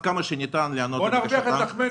עד כמה שניתן להיענות לבקשה -- בואו נרוויח את לחמנו